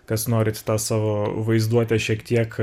kas norit tą savo vaizduotę šiek tiek